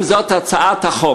אם זו הצעת החוק,